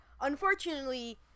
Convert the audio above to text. Unfortunately